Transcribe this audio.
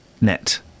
net